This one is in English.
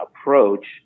approach